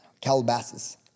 Calabasas